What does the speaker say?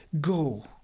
go